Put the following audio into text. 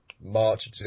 March